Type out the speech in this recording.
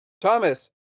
Thomas